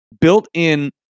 built-in